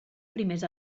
primers